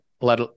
let